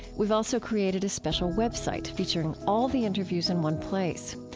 we've also created a special web site featuring all the interviews in one place.